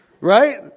right